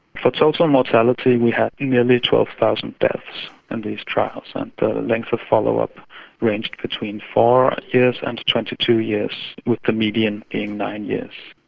for total mortality we had nearly twelve thousand deaths in and these trials, and the length of follow-up ranged between four years and twenty two years, with the median being nine years.